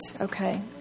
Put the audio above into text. Okay